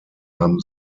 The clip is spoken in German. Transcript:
haben